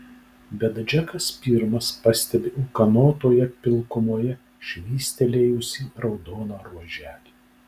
bet džekas pirmas pastebi ūkanotoje pilkumoje švystelėjusį raudoną ruoželį